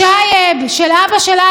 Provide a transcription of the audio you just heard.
של אבא של אריה אלדד,